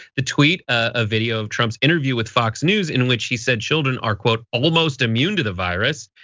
the tweet, a video of trump's interview with fox news in which he said children are quote almost immune to the virus,